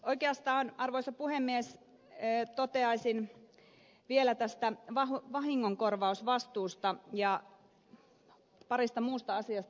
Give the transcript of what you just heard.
oikeastaan arvoisa puhemies toteaisin vielä tästä vahingonkorvausvastuusta ja parista muusta asiasta